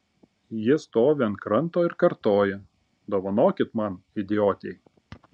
ji stovi ant kranto ir kartoja dovanokit man idiotei